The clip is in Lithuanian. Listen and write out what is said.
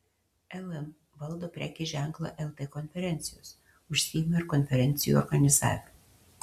lm valdo prekės ženklą lt konferencijos užsiima ir konferencijų organizavimu